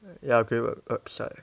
ya create web~ website